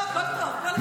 לא, הכול טוב --- מחילה.